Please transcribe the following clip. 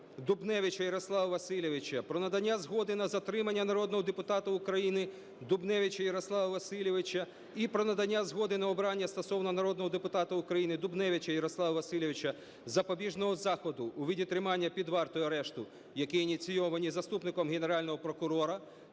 Дубневича Ярослава Васильовича, про надання згоди на затримання народного депутата України Дубневича Ярослава Васильовича і про надання згоди на обрання стосовно народного депутата України Дубневича Ярослава Васильовича запобіжного заходу у виді тримання під вартою (арешту), які ініційовані заступником Генерального прокурора,